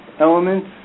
elements